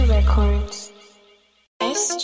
Records